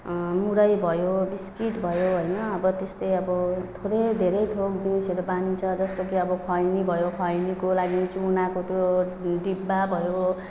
मुरै भयो बिस्कुट भयो होइन अब त्यस्तै अब थोरै धेरै थोक डिसहरू बनिन्छ जस्तो कि अब खैनी भयो खैनीको लागि चुनाको त्यो डिब्बा भयो